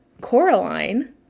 Coraline